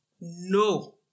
no